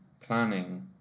planning